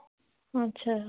ଆଚ୍ଛା